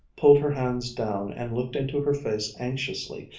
pulled her hands down, and looked into her face anxiously.